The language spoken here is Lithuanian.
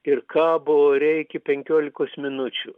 ir kabo ore iki penkiolikos minučių